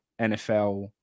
NFL